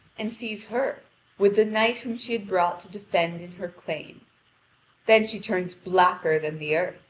and sees her with the knight whom she had brought to defend in her claim then she turned blacker than the earth.